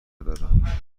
دارم